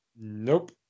Nope